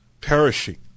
perishing